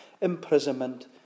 imprisonment